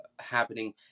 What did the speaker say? happening